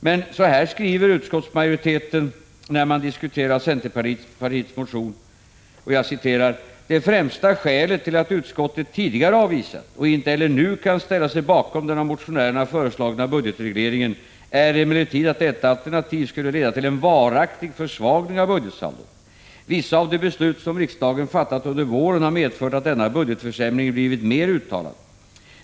Men så här skriver utskottsmajoriteten vid en diskussion om centerpartiets motion: ”Det främsta skälet till att utskottet tidigare avvisat och inte heller nu kan ställa sig bakom den av motionärerna föreslagna budgetregleringen är emellertid att detta alternativ skulle leda till en varaktig försvagning av budgetsaldot. Vissa av de beslut som riksdagen fattat under våren har medfört att denna budgetförsämring blivit mer uttalad.